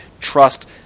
trust